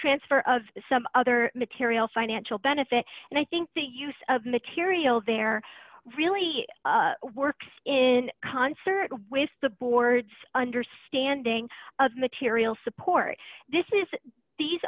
transfer of some other material financial benefit and i think the use of material there really works in concert with the board's understanding of material support this is these